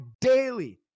daily